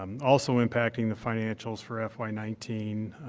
also impacting the financials for fi nineteen,